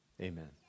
amen